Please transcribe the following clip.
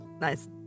Nice